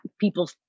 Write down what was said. people